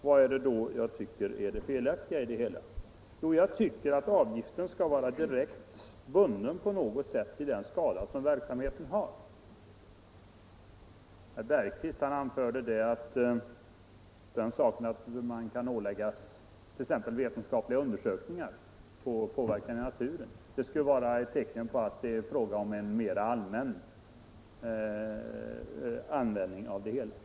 Vad är det då jag tycker är det felaktiga i det hela? Jo, jag menar att avgiften på något sätt skall vara direkt bunden vid den skala verksamheten har. Herr Bergqvist anförde att det förhållandet att man kan åläggas t.ex. att göra vetenskapliga undersökningar av hur naturen på verkas skulle vara ett tecken på att det är fråga om en mera allmän Nr 70 användning av avgiften.